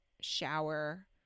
shower